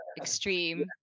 extreme